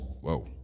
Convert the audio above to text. Whoa